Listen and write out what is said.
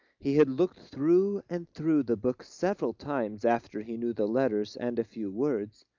he had looked through and through the book several times after he knew the letters and a few words,